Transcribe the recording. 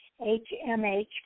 HMH